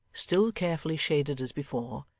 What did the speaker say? still carefully shaded as before,